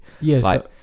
Yes